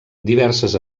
diverses